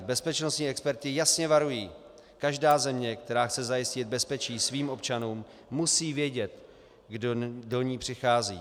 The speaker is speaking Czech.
Bezpečnostní experti jasně varují každá země, která chce zajistit bezpečí svým občanům, musí vědět, kdo do ní přichází.